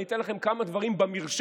אני אתן לכם כמה דברים במרשם